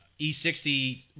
E60